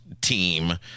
team